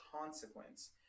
consequence